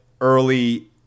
early